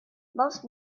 most